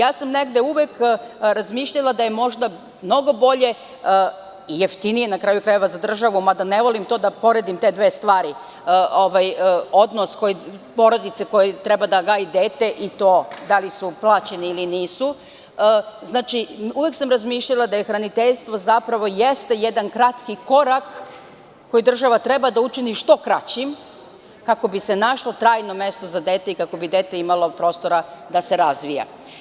Uvek sam razmišljala da je možda mnogo bolje i jeftinije na kraju krajeva za državu, mada ne volim da poredim te dve stvari, odnos porodice koja treba da gaji dete i da li su plaćeni ili nisu, znači uvek sam razmišljala da hraniteljstvo zapravo jeste jedan kratki korak koji država treba da učini što kraćim, kako bi se našlo trajno mesto za dete i kako bi dete imalo prostora da se razvija.